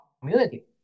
community